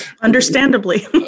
understandably